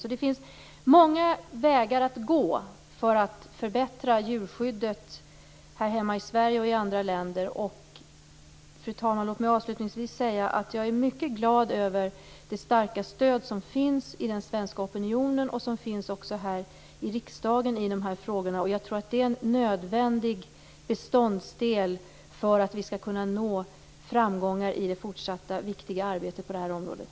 Det finns många vägar att gå för att förbättra djurskyddet här hemma i Sverige och i andra länder. Fru talman! Låt mig avslutningsvis säga att jag är mycket glad över det starka stöd som finns hos den svenska opinionen och här i riksdagen när det gäller dessa frågor. Jag tror att det är en nödvändig beståndsdel för att vi skall kunna nå framgångar i det fortsatta viktiga arbetet på det här området.